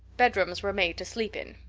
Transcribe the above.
bedrooms were made to sleep in.